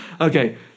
Okay